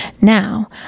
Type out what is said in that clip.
Now